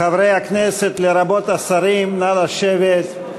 חברי הכנסת לרבות השרים, נא לשבת.